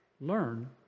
Learn